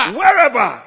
wherever